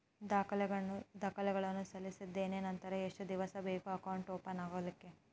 ದಾಖಲೆಗಳನ್ನು ಸಲ್ಲಿಸಿದ್ದೇನೆ ನಂತರ ಎಷ್ಟು ದಿವಸ ಬೇಕು ಅಕೌಂಟ್ ಓಪನ್ ಆಗಲಿಕ್ಕೆ?